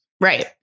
Right